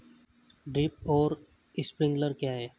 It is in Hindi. ड्रिप और स्प्रिंकलर क्या हैं?